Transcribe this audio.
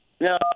No